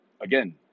again